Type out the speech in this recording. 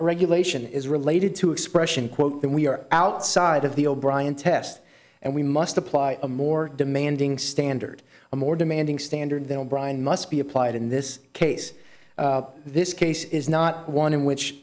regulation is related to expression quote then we are outside of the o'brian test and we must apply a more demanding standard a more demanding standard then brian must be applied in this case this case is not one in which